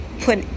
put